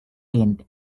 end